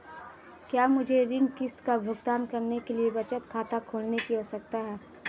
क्या मुझे ऋण किश्त का भुगतान करने के लिए बचत खाता खोलने की आवश्यकता है?